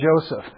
Joseph